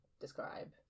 describe